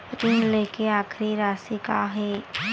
ऋण लेके आखिरी राशि का हे?